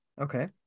Okay